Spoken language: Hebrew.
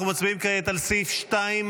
אנחנו מצביעים כעת על סעיף 2,